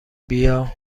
بیا